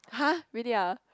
[huh] really ah